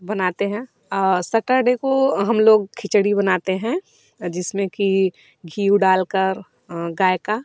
बनाते हैं सटरडे को हम लोग खिचड़ी बनाते हैं जिसमें कि घी ऊ डालकर गाय का